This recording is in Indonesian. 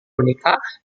menikah